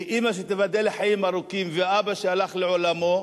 לאמא שתיבדל לחיים ארוכים ואבא שהלך לעולמו,